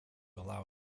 allow